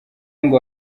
ngo